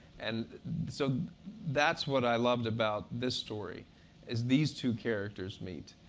and so that's what i loved about this story is these two characters meet.